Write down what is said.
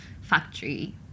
factory